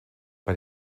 bei